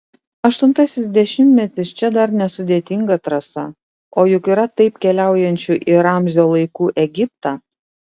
aštuntasis dešimtmetis čia dar nesudėtinga trasa o juk yra taip keliaujančių į ramzio laikų egiptą